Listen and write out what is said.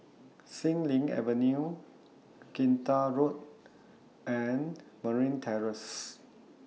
Xilin Avenue Kinta Road and Marine Terrace